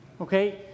Okay